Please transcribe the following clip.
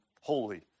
holy